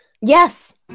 Yes